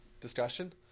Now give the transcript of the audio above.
Discussion